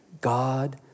God